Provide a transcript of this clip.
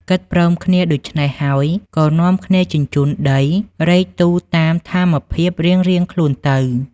គិតព្រមគ្នាដូចេ្នះហើយ ក៏នាំគ្នាជញ្ជូនដីរែកទូលតាម ថាមភាពរៀងៗខ្លួនទៅ។